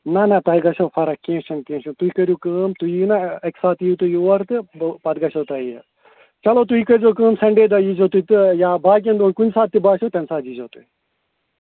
نہ نہ تۄہہِ گَژھیو فرق کیٚنہہ چھِنہٕ کیٚنہہ چھِنہٕ تُہۍ کٔرِو کٲم تُہۍ یِیِو نا اَکہِ ساتہٕ یِیِو تُہۍ یور تہٕ بہٕ پتہٕ گَژھیو تۄہہِ یہِ چلو تُہۍ کٔرِۍزیو کٲم سَنڈے دۄہ یِیٖزیو تُہۍ تہٕ یا باقٕیَن دۄہَن کُنہِ ساتہٕ تہِ باسیو تَمہِ ساتہٕ یِیٖزیو تُہۍ